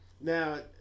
Now